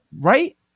Right